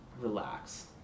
relax